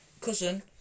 cousin